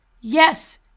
Yes